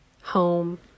home